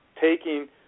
taking